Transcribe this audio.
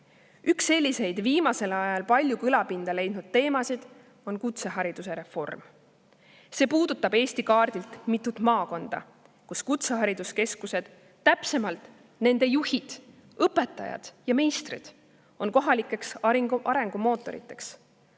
Üks viimasel ajal palju kõlapinda leidnud teemasid on kutsehariduse reform. See puudutab Eesti kaardilt mitut maakonda, kus kutsehariduskeskused, täpsemalt nende juhid, õpetajad ja meistrid, on kohalikud arengumootorid.